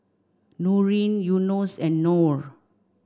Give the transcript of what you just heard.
Nurin Yunos and Nor